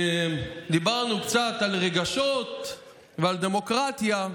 אחרי שדיברנו קצת על רגשות ועל דמוקרטיה,